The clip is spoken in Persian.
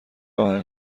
آهنگ